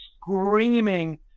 screaming